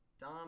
Dom